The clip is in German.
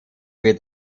wird